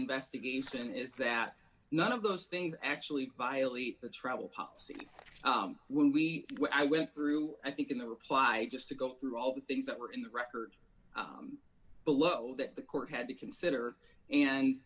investigation is that none of those things actually violate the travel policy when we went through i think in the reply just to go through all the things that were in the record below that the court had to consider and